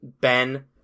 Ben